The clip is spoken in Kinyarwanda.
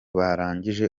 barangije